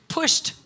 pushed